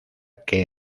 que